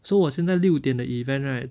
so 我现在六点的 event right